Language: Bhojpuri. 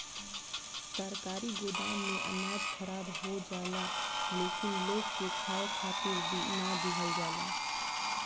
सरकारी गोदाम में अनाज खराब हो जाला लेकिन लोग के खाए खातिर ना दिहल जाला